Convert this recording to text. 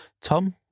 Tom